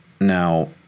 Now